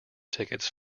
tickets